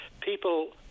people